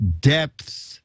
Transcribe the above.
depth